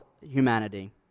humanity